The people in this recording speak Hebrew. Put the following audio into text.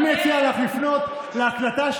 יש גם דרך להוציא אנשים.